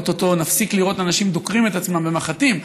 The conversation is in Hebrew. ואו-טו-טו נפסיק לראות אנשים דוקרים את עצמם במחטים,